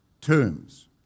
tombs